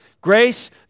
Grace